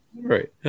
Right